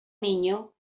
niño